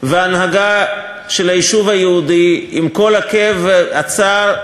וההנהגה של היישוב היהודי, עם כל הכאב והצער,